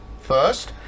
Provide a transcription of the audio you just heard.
first